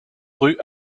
rue